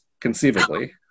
conceivably